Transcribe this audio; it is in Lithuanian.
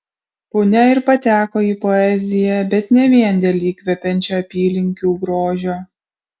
punia ir pateko į poeziją bet ne vien dėl įkvepiančio apylinkių grožio